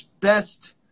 best